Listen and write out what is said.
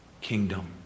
kingdom